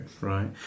right